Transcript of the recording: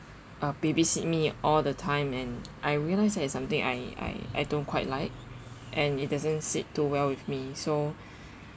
ah babysit me all the time and I realise that it's something I I I don't quite like and it doesn't sit too well with me so